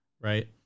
Right